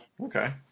Okay